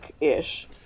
ish